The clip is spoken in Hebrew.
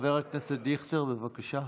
חבר הכנסת דיכטר, בבקשה.